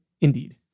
Indeed